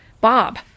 Bob